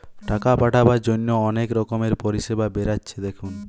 টাকা পাঠাবার জন্যে অনেক রকমের পরিষেবা বেরাচ্ছে দেখুন